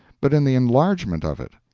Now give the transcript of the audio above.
but in the enlargement of it.